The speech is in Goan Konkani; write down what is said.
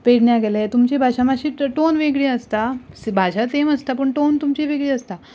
पेडण्यां गेलें तुमची भाशा मातशी टॉन वेगळी आसता भाशा सेम आसता पूण टॉन तुमची वेगळी आसता